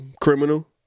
Criminal